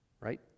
right